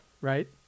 right